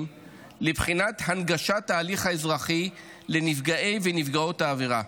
לבחינת הנגשת ההליך האזרחי לנפגעי ונפגעות העבירה.